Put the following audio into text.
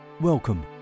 Welcome